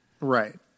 right